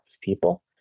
people